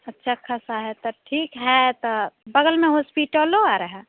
अच्छी ख़ासी है तो ठीक है तो बग़ल में होस्पिटल और है